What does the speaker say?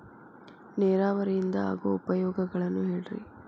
ನೇರಾವರಿಯಿಂದ ಆಗೋ ಉಪಯೋಗಗಳನ್ನು ಹೇಳ್ರಿ